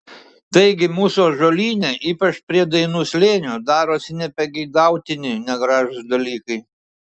taigi mūsų ąžuolyne ypač prie dainų slėnio darosi nepageidautini negražūs dalykai